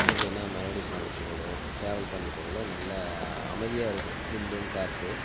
எப்படின்னா melody songs ஓடும் travel பண்ணுறதுக்குள்ள நல்லா அமைதியாக இருக்கும் ஜில்லுன்னு காற்று